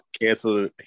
Cancel